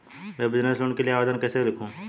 मैं business loan के लिए आवेदन कैसे लिखूँ?